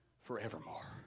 forevermore